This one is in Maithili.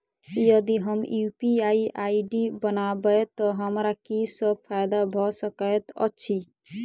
यदि हम यु.पी.आई आई.डी बनाबै तऽ हमरा की सब फायदा भऽ सकैत अछि?